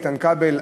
איתן כבל,